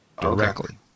Directly